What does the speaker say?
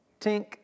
tink